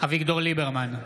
אביגדור ליברמן,